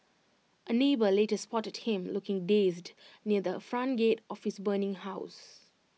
A neighbour later spotted him looking dazed near the front gate of his burning house